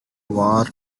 war